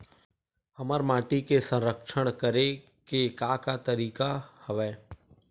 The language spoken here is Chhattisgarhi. हमर माटी के संरक्षण करेके का का तरीका हवय?